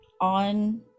on